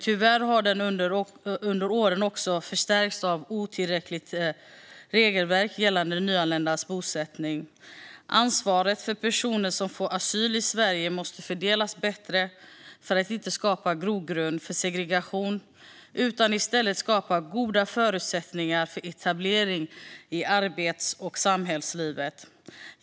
Tyvärr har den under åren också förstärkts av ett otillräckligt regelverk gällande nyanländas bosättning. Ansvaret för personer som får asyl i Sverige måste fördelas bättre för att inte skapa grogrund för segregation utan i stället skapa goda förutsättningar för etablering i arbets och samhällslivet.